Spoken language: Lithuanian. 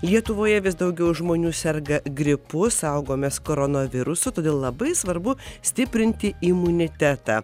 lietuvoje vis daugiau žmonių serga gripu saugomės koronavirusų todėl labai svarbu stiprinti imunitetą